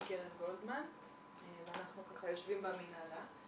אנחנו יושבים במנהלה.